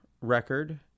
record